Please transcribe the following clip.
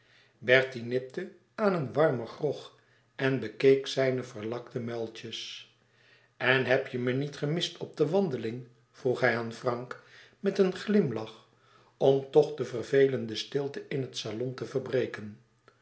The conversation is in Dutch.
bertie nipte aan een warmen grog en bekeek zijne verlakte muiltjes en heb je me niet gemist op de wandeling vroeg hij aan frank met een glimlach om toch de vervelende stilte in het salon te verbreken